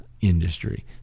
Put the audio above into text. industry